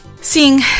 seeing